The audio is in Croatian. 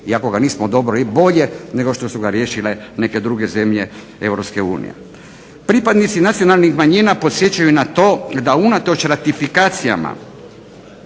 vjerojatno riješili bolje nego što su ga riješile neke druge zemlje EU. Pripadnici nacionalnih manjina podsjećaju na to da unatoč ratifikacijama